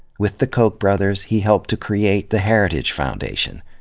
with the koch brothers, he helped to create the heritage foundation,